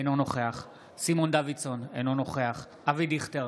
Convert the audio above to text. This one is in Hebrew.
אינו נוכח סימון דוידסון, אינו נוכח אבי דיכטר,